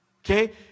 okay